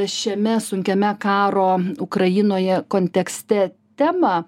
šiame sunkiame karo ukrainoje kontekste temą